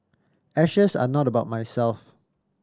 ashes are not about myself